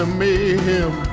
mayhem